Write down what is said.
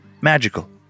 magical